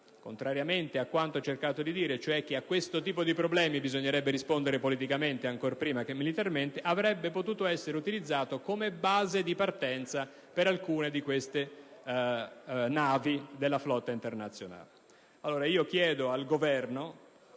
contrariamente a quanto ho cercato di affermare in precedenza, e cioè che a questo tipo di problemi bisognerebbe rispondere politicamente ancor prima che militarmente, avrebbe potuto essere utilizzata come base di partenza per alcune navi della flotta internazionale.